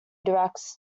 directs